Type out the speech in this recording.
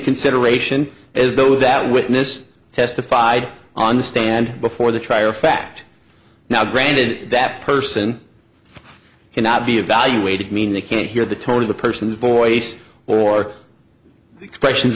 consideration as though that witness testified on the stand before the trial fact now granted that person cannot be evaluated mean they can't hear the tone of the person's voice or the expressions